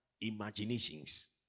imaginations